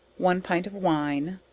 one pint of wine,